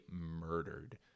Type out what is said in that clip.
murdered